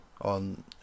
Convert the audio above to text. on